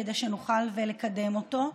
כדי שנוכל לקדם אותו.